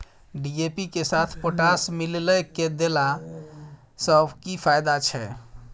DAP के साथ potash मिललय के देला स की फायदा छैय?